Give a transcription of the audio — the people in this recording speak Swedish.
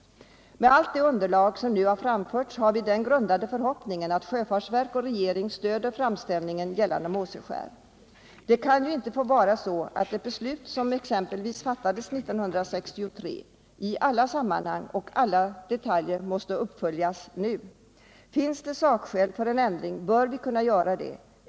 Med allt det underlag som nu framförts har vi den grundade förhoppningen att sjöfartsverk och regering stöder framställningen gällande Måseskär. Det kan ju inte få vara så att ett beslut som exempelvis fattades 1963 i alla sammanhang och detaljer måste fullföljas nu. Finns sakskäl för en ändring bör vi kunna åstadkomma en sådan.